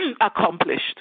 accomplished